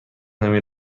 نمی